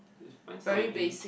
mine's not an Eng~